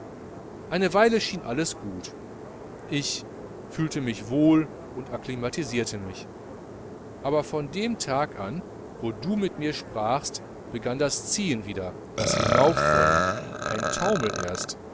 eine weile schien alles gut ich fühlte mich wohl und akklimatisierte mich aber von dem tage an wo du mit mir sprachst begann das ziehen wieder das hinaufwollen ein taumel erst